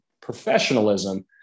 professionalism